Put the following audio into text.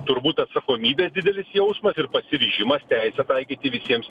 turbūt atsakomybė didelis jausmas ir pasiryžimas teisę taikyti visiems